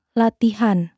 latihan